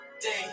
day